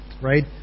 right